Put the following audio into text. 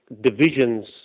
divisions